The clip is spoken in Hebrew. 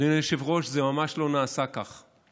אדוני היושב-ראש, זה ממש לא נעשה כך.